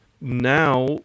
now